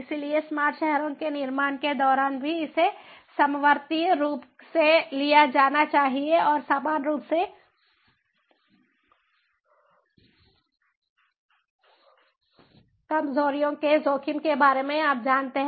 इसलिए स्मार्ट शहरों के निर्माण के दौरान भी इसे समवर्ती रूप से लिया जाना चाहिए और समान रूप से कमजोरियों के जोखिम के बारे में आप जानते हैं